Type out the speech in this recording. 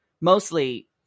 mostly